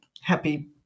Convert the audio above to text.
happy